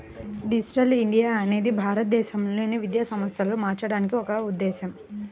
digital India అనేది భారతదేశంలోని విద్యా వ్యవస్థను మార్చడానికి ఒక ఉద్ధేశం